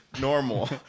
normal